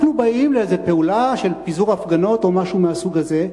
אנחנו באים לאיזו פעולה של פיזור הפגנות או משהו מהסוג הזה,